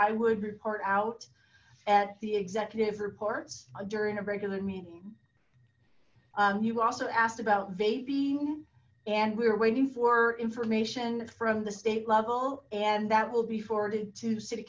i would report out at the executive reports on during a regular meeting you also asked about vaping and we were waiting for information from the state level and that will be forwarded to city